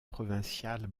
provinciales